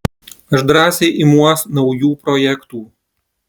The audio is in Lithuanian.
aš drąsiai imuos naujų projektų